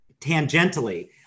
tangentially